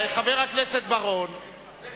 חבר הכנסת בר-און,